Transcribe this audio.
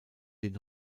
den